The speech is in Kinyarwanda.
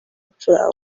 gucurangwa